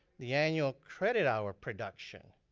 the annual credit hour production,